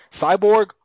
Cyborg